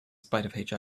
spite